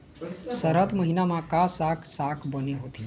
सरद महीना म का साक साग बने होथे?